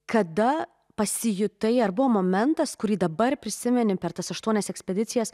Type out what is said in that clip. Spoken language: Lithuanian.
kada pasijutai ar buvo momentas kurį dabar prisimeni per tas aštuonias ekspedicijas